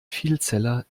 vielzeller